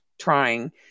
trying